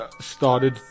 started